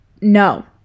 no